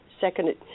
second